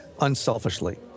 unselfishly